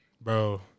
Bro